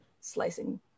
slicing